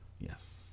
Yes